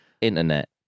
Internet